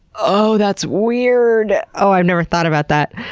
oh, that's weird! oh i've never thought about that.